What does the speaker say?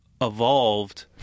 evolved